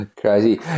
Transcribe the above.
Crazy